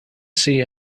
see